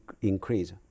increase